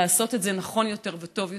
לעשות את זה נכון יותר וטוב יותר.